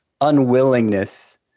unwillingness